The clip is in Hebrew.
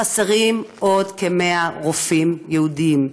חסרים עוד כ-100 רופאים ייעודיים.